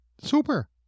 Super